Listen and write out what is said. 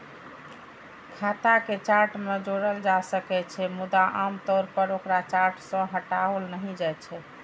खाता कें चार्ट मे जोड़ल जा सकै छै, मुदा आम तौर पर ओकरा चार्ट सं हटाओल नहि जाइ छै